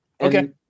Okay